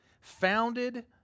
founded